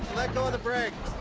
let go of the brake.